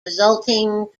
resulting